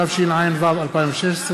התשע"ו 2016,